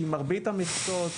כי מרבית המכסות,